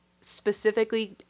specifically